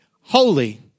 holy